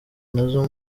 nazo